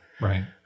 Right